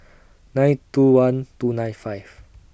nine two one two nine five